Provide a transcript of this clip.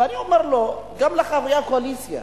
ואני אומר לו, וגם לחברי הקואליציה: